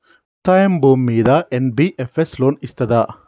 వ్యవసాయం భూమ్మీద NBFS loan ఇస్తదా?